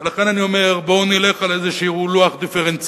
לכן אני אומר, בואו נלך על איזה לוח דיפרנציאלי.